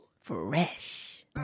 Fresh